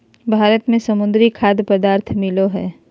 भारत में समुद्री खाद्य पदार्थ मिलो हइ